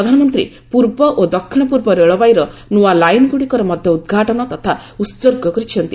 ପ୍ରଧାନମନ୍ତ୍ରୀ ପୂର୍ବ ଓ ଦକ୍ଷିଣପୂର୍ବ ରେଳବାଇର ନୂଆ ଲାଇନଗୁଡ଼ିକର ମଧ୍ୟ ଉଦ୍ଘାଟନ ତଥା ଉହର୍ଗ କରିଛନ୍ତି